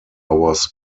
was